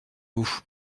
vous